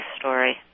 story